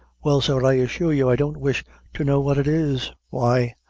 well, sir, i assure you i don't wish to know what it is. why,